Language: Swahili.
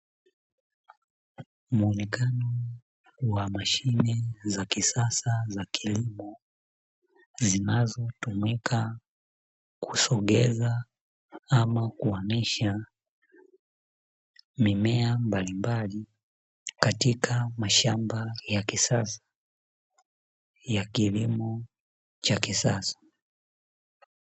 Muonekano wa mashine za kisasa za kilimo zinazotumika kusogeza, ama kuamisha mimea mbalimbali katika mashamba ya kisasa ya kilimo cha kisasa.